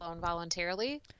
voluntarily